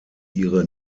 ihre